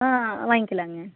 ஆ வாங்கிக்கலாங்க